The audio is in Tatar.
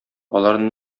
аларны